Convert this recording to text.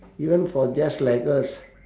even for just like us